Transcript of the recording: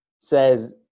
says